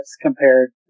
compared